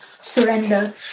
surrender